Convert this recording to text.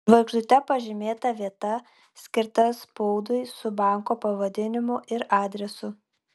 žvaigždute pažymėta vieta skirta spaudui su banko pavadinimu ir adresu